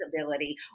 ability